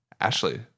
Ashley